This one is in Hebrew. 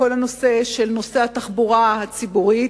בכל הנושא של התחבורה הציבורית.